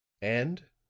and,